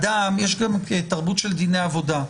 יש תרבות של דיני עבודה.